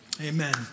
Amen